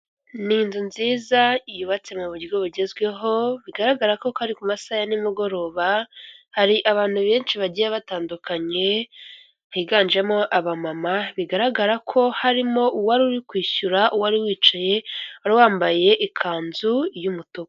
Ni inzu nziza yubatse mu buryo bugezweho, bigaragara ko ari ku masaha ya nimugoroba, hari abantu benshi bagiye batandukanye higanjemo abamama, bigaragara ko harimo uwari uri kwishyura uwari wicaye, wari wambaye ikanzu y'umutuku.